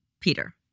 Peter